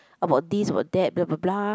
about this or that blah blah blah